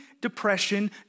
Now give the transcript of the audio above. depression